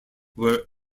were